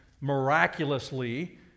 miraculously